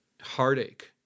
heartache